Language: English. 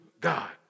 God